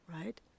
right